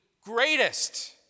greatest